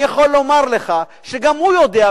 אני יכול לומר לך שגם הוא יודע,